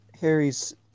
Harry's